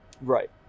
Right